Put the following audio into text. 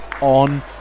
on